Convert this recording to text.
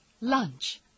Lunch